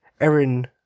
Erin